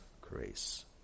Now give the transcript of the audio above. grace